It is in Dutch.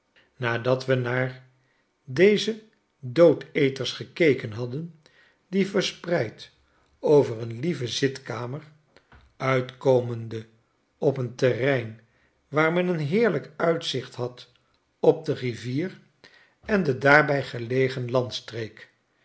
nadat we naar deze doodeters gekeken hadden die verspreid over een lieve zitkamer uitkomende op een terrein waar men een heerlijk uitzicht had op de rivier en de daarbij gelegen landstreek